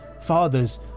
fathers